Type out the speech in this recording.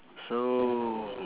so